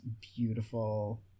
beautiful